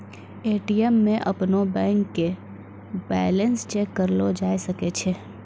ATM मे अपनो bank के बैलेंस चेक करलो जाय सकै छै